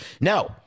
No